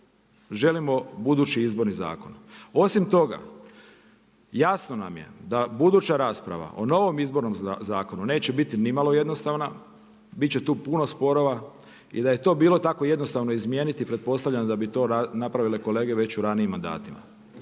želimo budući Izborni zakon. Osim toga jasno nam je da buduća rasprava o novom Izbornom zakonu neće biti nimalo jednostavna, bit će tu puno sporova. Da je to bilo tako jednostavno izmijeniti pretpostavljam da bi to napravile kolege već u ranijim mandatima.